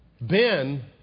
Ben